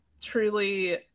truly